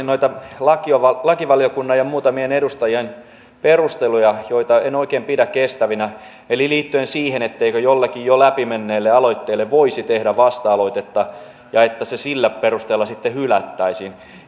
noita lakivaliokunnan ja muutamien edustajien perusteluja joita en oikein pidä kestävinä liittyen siihen etteikö jollekin jo läpi menneelle aloitteelle voisi tehdä vasta aloitetta ja etteikö sitä sillä perusteella sitten hylättäisi